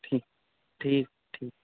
ٹھیک ٹھیک ٹھیک